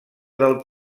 del